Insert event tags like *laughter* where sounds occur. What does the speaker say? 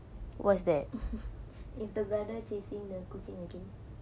*laughs* is the neighbour chasing the kucing again